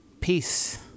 Peace